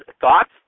thoughts